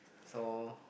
so